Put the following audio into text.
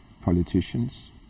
politicians